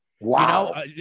Wow